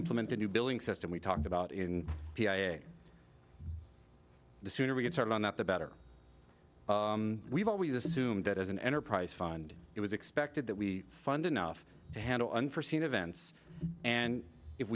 implement a new billing system we talked about in the sooner we get started on that the better we've always assumed that as an enterprise fund it was expected that we funded enough to handle unforseen events and if